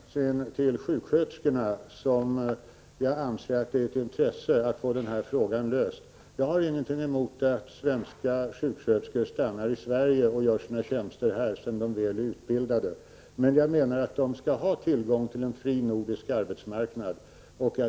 Herr talman! Det är uteslutande av hänsyn till sjuksköterskorna som jag anser att det är av intresse att få den här frågan löst. Jag har ingenting emot att svenska sjuksköterskor stannar i Sverige och tjänstgör här, sedan de väl är utbildade. Men jag menar att de skall ha tillgång till en fri nordisk arbetsmarknad.